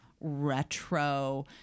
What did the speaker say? retro